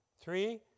Three